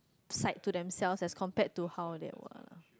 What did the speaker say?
side to themselves as compared to how they were